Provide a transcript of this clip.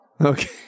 Okay